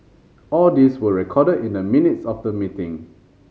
all these were recorded in the minutes of the meeting